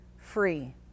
free